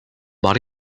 but